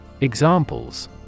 Examples